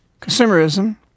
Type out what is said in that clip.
consumerism